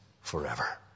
forever